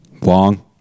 Long